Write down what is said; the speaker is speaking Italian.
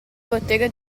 bottega